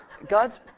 God's